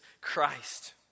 Christ